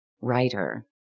writer